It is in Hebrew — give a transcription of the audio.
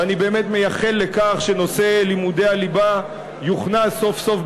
ואני באמת מייחל לכך שנושא לימודי הליבה יוכנס סוף-סוף,